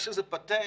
יש איזה פטנט,